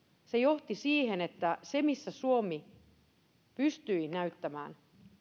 se johti siihen että se missä susomi pystyi näyttämään